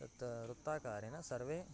तत् वृत्ताकारेण सर्वे